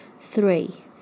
Three